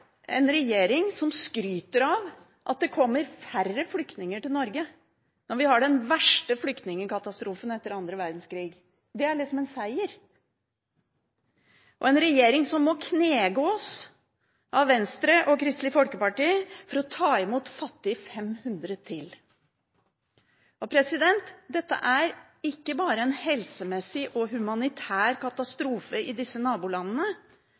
en regjering som skryter av at det kommer færre flyktninger til Norge, når vi har den verste flyktningkatastrofen etter andre verdenskrig. Det er liksom en seier – for en regjering som må knegås av Venstre og Kristelig Folkeparti for å ta imot fattige 500 til. Det er ikke bare en helsemessig og humanitær katastrofe i disse nabolandene.